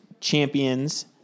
Champions